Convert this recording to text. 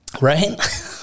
right